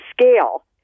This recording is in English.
scale